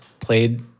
played